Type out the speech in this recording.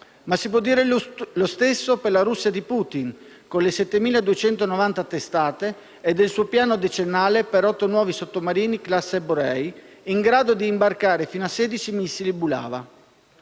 E si può dire lo stesso anche per la Russia di Putin, con le 7.290 testate e il suo piano decennale per 8 nuovi sottomarini classe Borei, in grado di imbarcare fino a 16 missili Bulava.